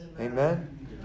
amen